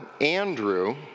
Andrew